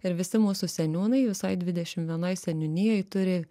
ir visi mūsų seniūnai visoj dvidešim vienoj seniūnijoj turi